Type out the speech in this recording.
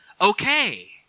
Okay